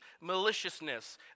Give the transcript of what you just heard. maliciousness